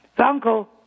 uncle